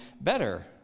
better